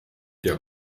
der